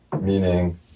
meaning